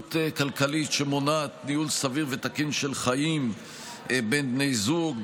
התנהלות כלכלית שמונעת ניהול סביר ותקין של חיים בין בני זוג,